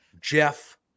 Jeff